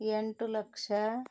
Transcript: ಎಂಟು ಲಕ್ಷ